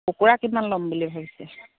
কুকুৰা কিমান ল'ম বুলি ভাবিছে